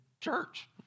church